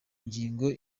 ngingo